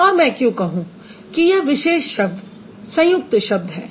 और मैं क्यों कहूँ कि यह विशेष शब्द संयुक्त शब्द है